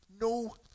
no